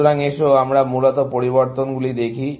সুতরাং এসো আমরা মূলত পরিবর্তনগুলি দেখি